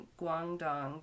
Guangdong